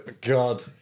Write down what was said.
God